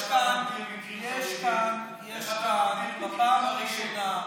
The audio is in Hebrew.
יש כאן, בפעם הראשונה,